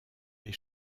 les